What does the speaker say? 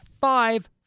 five